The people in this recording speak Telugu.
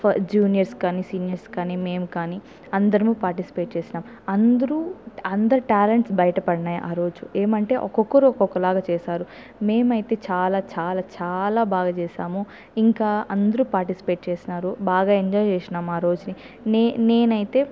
ఫ జూనియర్స్ కానీ సీనియర్స్ కానీ మేము కానీ అందరము పార్టిసిపేట్ చేసినాం అందరూ అందరి టాలెంట్స్ బయటపడినాయి ఆ రోజు ఏమంటే ఒకొక్కరు ఒకొక్కలాగా చేశారు మేమైతే చాలా చాలా చాలా బాగా చేశాము ఇంకా అందరూ పార్టిసిపేట్ చేసినారు మేమైతే బాగా ఎంజాయ్ చేసినాం ఆ రోజుని నేనైతే